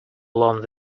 along